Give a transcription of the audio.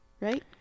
right